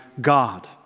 God